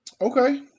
okay